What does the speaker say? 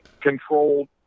controlled